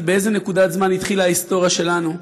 באיזו נקודת זמן התחילה ההיסטוריה שלנו,